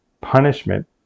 punishment